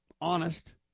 honest